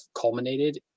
culminated